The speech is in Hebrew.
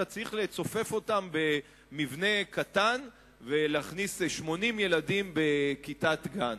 אלא צריך לצופף אותם במבנה קטן ולהכניס 80 ילדים בכיתת גן.